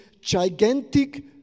gigantic